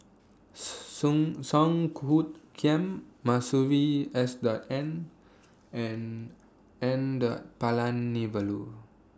Song Some Kiam Masuri S W N and N Palanivelu